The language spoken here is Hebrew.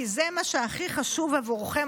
כי זה מה שהכי חשוב עבורכם,